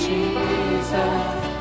Jesus